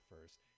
first